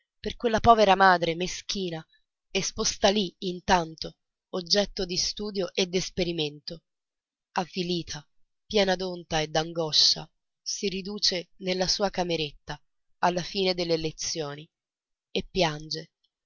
per quella povera madre meschina esposta lì intanto oggetto di studio e d'esperimento avvilita piena d'onta e d'angoscia si riduce nella sua cameretta alla fine delle lezioni e piange